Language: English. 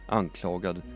anklagad